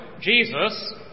Jesus